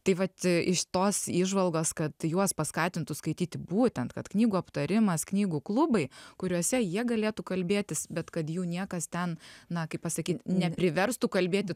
tai vat iš tos įžvalgos kad juos paskatintų skaityti būtent kad knygų aptarimas knygų klubai kuriuose jie galėtų kalbėtis bet kad jų niekas ten na kaip pasakyt nepriverstų kalbėti